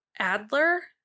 Adler